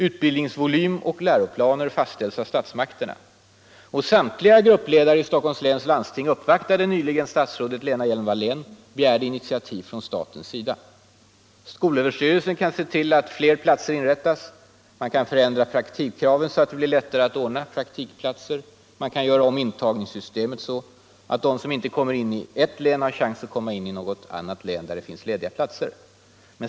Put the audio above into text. Utbildningsvolym och läroplaner fastställs av statsmakterna. Samtliga gruppledare i Stockholms läns landsting uppvaktade nyligen statsrådet Lena Hjelm-Wallén och begärde initiativ från statens sida. Skolöverstyrelsen kan se till att fler platser inrättas. Man kan förändra praktikkraven så att det blir lättare att ordna praktikplatser. Man kan göra om intagningssystemet så att de som inte kommer in i ett län har chans att komma in i något annat län, där det finns lediga platser.